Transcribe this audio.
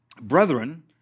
brethren